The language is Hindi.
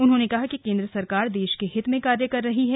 उन्होंने कहा कि केंद्र सरकार देश के हित में कार्य कर रही है